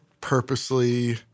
purposely